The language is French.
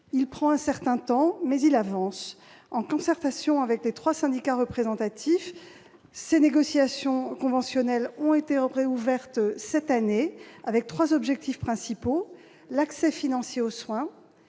prend un certain temps, mais il avance. En concertation avec les trois syndicats représentatifs, ces négociations conventionnelles ont été rouvertes cette année avec trois objectifs principaux : l'accès financier aux soins,